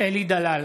אלי דלל,